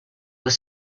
were